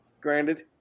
granted